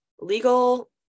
legal